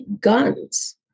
guns